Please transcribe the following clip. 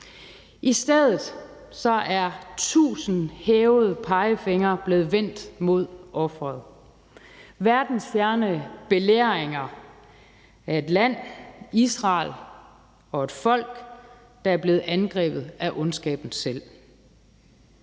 I stedet er tusind hævede pegefingre blevet vendt mod offeret. Der er verdensfjerne belæringer af et land, Israel, og et folk, der er blevet angrebet af ondskaben selv.